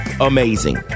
amazing